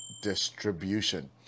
distribution